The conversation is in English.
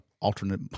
alternate